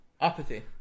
apathy